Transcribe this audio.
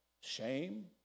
shame